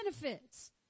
benefits